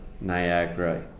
Niagara